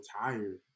tired